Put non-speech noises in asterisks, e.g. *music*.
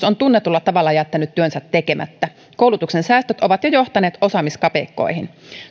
*unintelligible* on tunnetulla tavalla jättänyt työnsä tekemättä koulutuksen säästöt ovat jo johtaneet osaamiskapeikkoihin